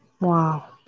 Wow